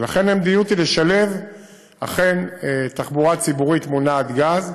ולכן המדיניות היא כן לשלב תחבורה ציבורית מונעת גז.